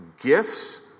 gifts